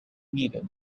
needed